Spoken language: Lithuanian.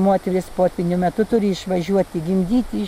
moterys potvynių metu turi išvažiuoti gimdyti į